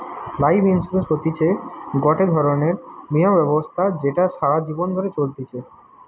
life insurance হতিছে গটে ধরণের বীমা ব্যবস্থা যেটা সারা জীবন ধরে চলতিছে